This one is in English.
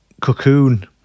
cocoon